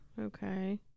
Okay